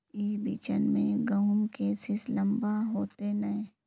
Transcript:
ई बिचन में गहुम के सीस लम्बा होते नय?